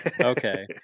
Okay